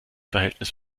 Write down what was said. verhältnis